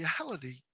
reality